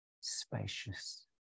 spacious